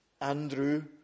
Andrew